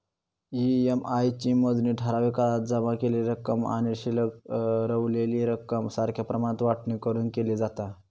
EMI ची मोजणी ठराविक काळात जमा केलेली रक्कम आणि शिल्लक रवलेली रक्कम सारख्या प्रमाणात वाटणी करून केली जाता